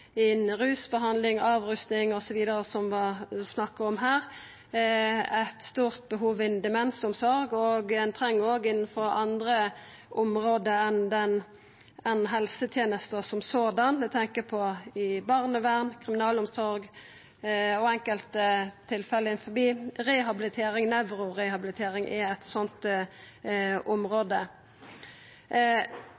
innan rusbehandling, avrusing osv., som det var snakk om her, og det er eit stort behov innan demensomsorg. Ein treng det òg innanfor andre område enn helsetenester – eg tenkjer på i barnevern, kriminalomsorg og enkelte tilfelle innanfor rehabilitering. Nevrorehabilitering er eit